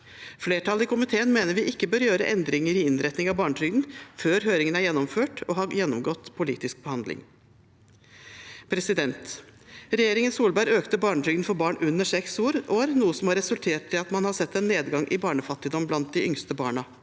Flertallet i komiteen mener vi ikke bør gjøre endringer i innretning av barnetrygden før høringen er gjennomført og har gjennomgått politisk behandling. Regjeringen Solberg økte barnetrygden for barn under seks år, noe som har resultert i at man har sett en nedgang i barnefattigdom blant de yngste barna.